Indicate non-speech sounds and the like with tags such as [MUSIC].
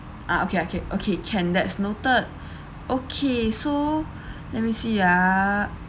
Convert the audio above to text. ah okay okay okay can that's noted [BREATH] okay so [BREATH] let me see ah